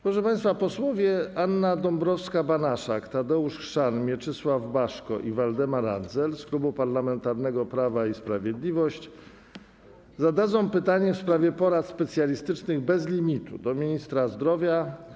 Proszę państwa, posłowie Anna Dąbrowska-Banaszak, Tadeusz Chrzan, Mieczysław Baszko i Waldemar Andzel z Klubu Parlamentarnego Prawo i Sprawiedliwość zadadzą pytanie w sprawie porad specjalistycznych bez limitu ministrowi zdrowia.